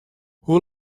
hoe